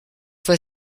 fois